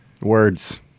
Words